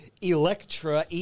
Electra